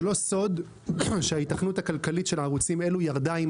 זה לא סוד שההיתכנות הכלכלית של ערוצים אלו ירדה עם